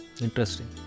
Interesting